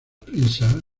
prensa